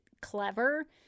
clever